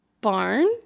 Barn